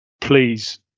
please